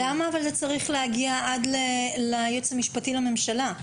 למה זה צריך להגיע עד לייעוץ המשפטי לממשלה?